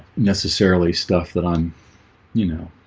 necessarily stuff that i'm you know,